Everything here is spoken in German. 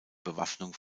bewaffnung